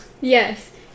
Yes